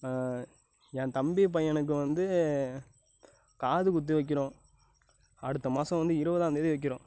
என் தம்பி பையனுக்கு வந்து காது குத்து வைக்கிறோம் அடுத்த மாதம் வந்து இருபதாந்தேதி வைக்கிறோம்